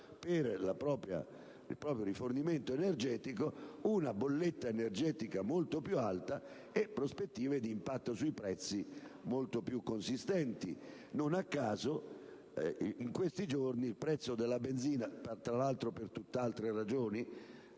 per il proprio rifornimento energetico, una bolletta energetica molto più alta e prospettive di impatto sui prezzi molto più consistenti. Non a caso, in questi giorni il prezzo della benzina - tra l'altro per altre ragioni